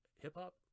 Hip-hop